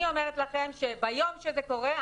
אני אומרת לכם ביום שזה קורה,